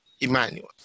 Emmanuel